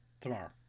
Tomorrow